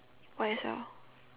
for yourself